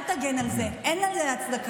ואני מבקשת תוספת זמן.